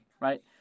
right